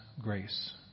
grace